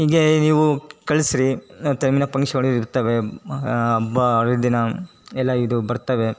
ಈಗೇ ನೀವು ಕಳಿಸ್ರಿ ಪಂಕ್ಷಗಳ್ ಇರ್ತವೆ ದಿನ ಎಲ್ಲ ಇದು ಬರ್ತವೆ